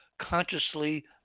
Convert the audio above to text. consciously